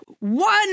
One